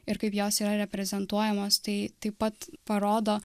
ir kaip jos yra reprezentuojamos tai taip pat parodo